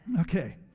Okay